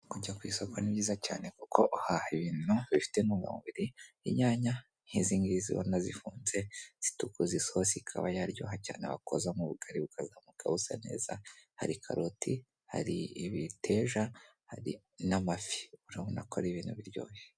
Kujya ku isoko ni byiza cyane kuko uhaha ibintu bifite intungamubiri, inyanya nk'izi ngizi ubona zifunze zitukuza isosi ikaba yaryoha cyane wakoza nk'ubukari bukazamuka busa neza, hari karoti, hari ibiteja, hari n'amafi, urabona ko ari ibintu biryoshye.